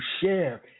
share